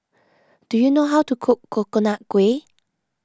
do you know how to cook Coconut Kuih